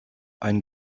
ein